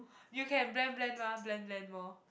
you can blend blend mah blend blend more